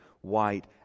white